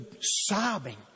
sobbing